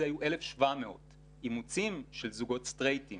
היו 1,700 אימוצים של זוגות סטרייטים